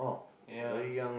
ya